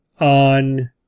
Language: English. on